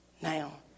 now